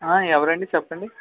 ఆ ఎవరు అండి చెప్పండి